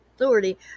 authority